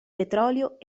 petrolio